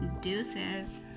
Deuces